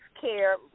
care